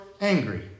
Angry